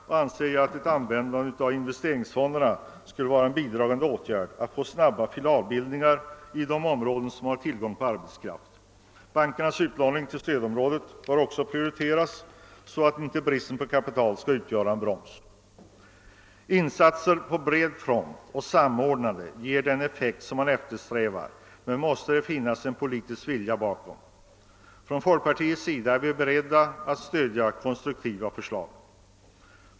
Jag anser att ett användande av investeringsfonderna skulle bidra till snabba filialbildningar i de områden som har tillgång på arbetskraft. Bankernas ut låning till stödområden bör också prioriteras, så att bristen på kapital inte utgör en broms. Samordnade insatser på bred front ger den effekt som man eftersträvar, men det måste finnas en politisk vilja bakom. Från folkpartiets sida är vi beredda att stödja konstruktiva förslag.